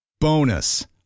Bonus